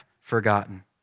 forgotten